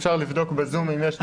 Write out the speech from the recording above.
אפשר לבדוק ב-זום אם יש מישהו.